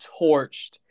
torched